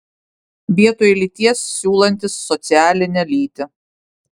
vietoj lyties siūlantis socialinę lytį